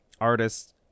artists